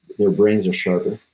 their brains are sharper.